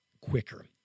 quicker